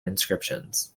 inscriptions